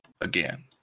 again